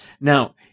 Now